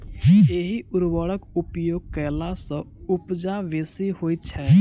एहि उर्वरकक उपयोग कयला सॅ उपजा बेसी होइत छै